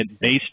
based